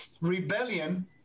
rebellion